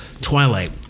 twilight